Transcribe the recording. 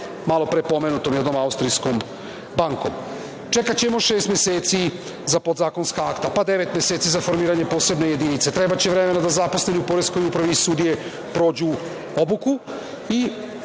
malopre pomenutom jednom austrijskom bankom. Čekaćemo šest meseci za podzakonska akta, pa devet meseci za formiranje posebne jedinice. Trebaće vremena da zaposleni u poreskoj upravi i sudije prođu obuku.